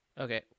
Okay